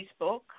Facebook